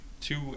two